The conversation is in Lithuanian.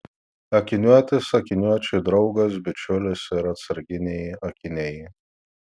akiniuotis akiniuočiui draugas bičiulis ir atsarginiai akiniai